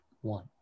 one